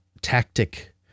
tactic